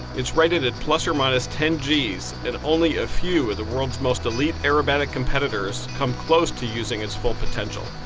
it's rated at plus or minus ten gs and only a few are the world's most elite aerobatic competitors come close to using its full potential.